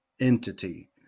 entity